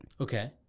Okay